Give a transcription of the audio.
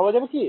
ভাবা যাবে কি